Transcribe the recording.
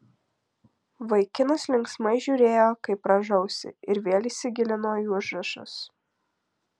vaikinas linksmai žiūrėjo kaip rąžausi ir vėl įsigilino į užrašus